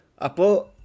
Apo